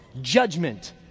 judgment